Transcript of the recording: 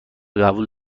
قبول